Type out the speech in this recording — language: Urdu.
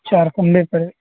چار کُھمبے پر